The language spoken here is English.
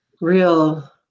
real